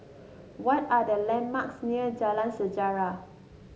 what are the landmarks near Jalan Sejarah